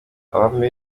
abami